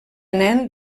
nen